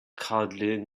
cuddling